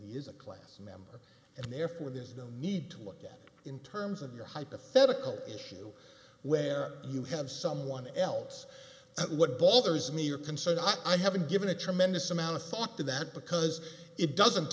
is a class member and therefore there's no need to look at it in terms of your hypothetical issue where you have someone else at what baltar's me are concerned i haven't given a tremendous amount of thought to that because it doesn't